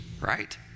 right